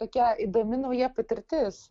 tokia įdomi nauja patirtis